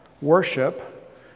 worship